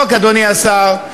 העבודה.